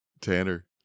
Tanner